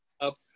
up